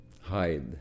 hide